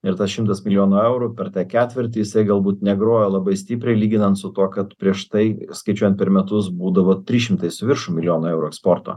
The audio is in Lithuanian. ir tas šimtas milijonų eurų per tą ketvirtį jisai galbūt negrojo labai stipriai lyginant su tuo kad prieš tai skaičiuojant per metus būdavo trys šimtai su viršum milijono eurų eksporto